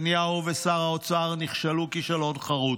גם במלחמה הכלכלית נתניהו ושר האוצר נכשלו כישלון חרוץ.